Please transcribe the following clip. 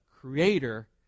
creator